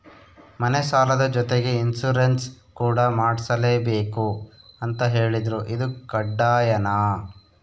ಮನೆ ಸಾಲದ ಜೊತೆಗೆ ಇನ್ಸುರೆನ್ಸ್ ಕೂಡ ಮಾಡ್ಸಲೇಬೇಕು ಅಂತ ಹೇಳಿದ್ರು ಇದು ಕಡ್ಡಾಯನಾ?